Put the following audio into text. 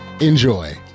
Enjoy